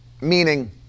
Meaning